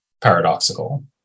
paradoxical